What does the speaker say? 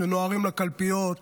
שנוהרים לקלפיות,